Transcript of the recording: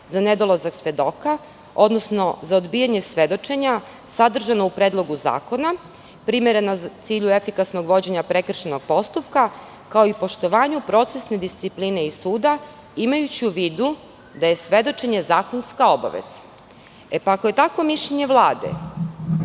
za nedolazak svedoka, odnosno za odbijanje svedočenja sadržano u Predlogu zakona primerena u cilju efikasnog vođenja prekršajnog postupka, kao i poštovanju procesne discipline i suda, imajući u vidu da je svedočenje zakonska obaveza. Ako je takvo mišljenje Vlade,